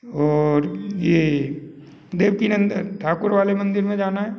और ये देवकी नंदन ठाकुर वाले मंदिर में जाना है